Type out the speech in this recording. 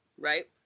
right